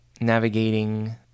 navigating